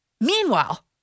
Meanwhile